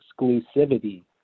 exclusivity